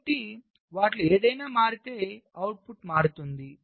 కాబట్టి వాటిలో ఏదైనా మారితే అవుట్పుట్ మారుతుంది